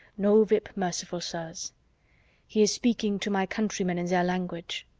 no whip, merciful sirs he is speaking to my countrymen in their language.